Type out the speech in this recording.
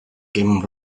came